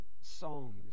songs